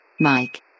Mike